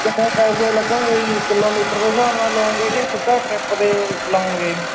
ਕਿੰਨੇ ਪੈਸੇ ਲੱਗਣਗੇ ਜੀ ਕਿਲੋਮੀਟਰ ਦੇ ਹਿਸਾਬ ਨਾਲ ਲਓਂਗੇ ਕਿ ਸਿੱਧਾ ਟਰਿਪ ਦੇ ਲਓਂਗੇ